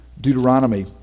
Deuteronomy